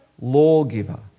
lawgiver